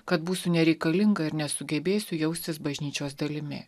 kad būsiu nereikalinga ir nesugebėsiu jaustis bažnyčios dalimi